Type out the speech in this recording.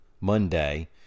Monday